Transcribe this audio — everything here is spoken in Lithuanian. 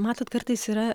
matot kartais yra